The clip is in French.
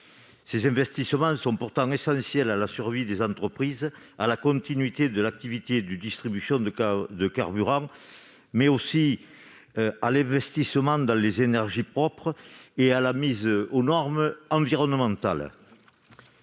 leurs investissements, pourtant essentiels à la survie des entreprises, à la continuité de l'activité de distribution de carburants, ainsi qu'à l'investissement dans les énergies propres et à la mise aux normes environnementales.